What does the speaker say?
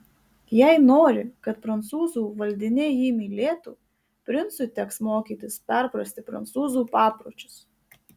jei nori kad prancūzų valdiniai jį mylėtų princui teks mokytis perprasti prancūzų papročius